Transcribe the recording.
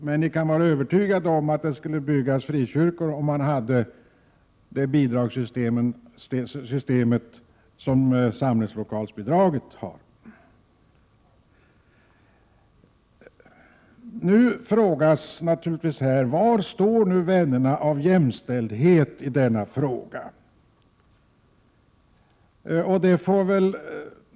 Men ni kan vara övertygade om att det skulle byggas frikyrkor om man hade det bidragssystem som gäller för samlingslokaler! Nu kan naturligtvis frågan ställas: Var står vännerna av jämställdhet i denna fråga?